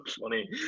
funny